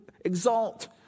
exalt